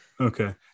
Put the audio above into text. Okay